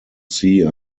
sea